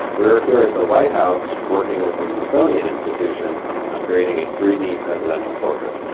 we're here at the white house working with the smithsonian institution on creating a three d presidential portrait.